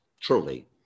truly